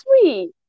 sweet